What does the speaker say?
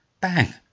bang